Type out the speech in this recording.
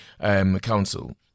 Council